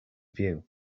view